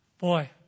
Boy